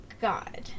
God